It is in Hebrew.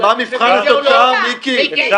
אבל מה מבחן התוצאה, מיקי?